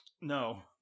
no